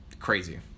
crazy